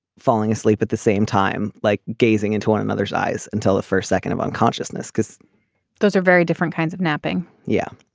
falling asleep at the same time like gazing into one another's eyes until the first second of unconsciousness because those are very different kinds of napping yeah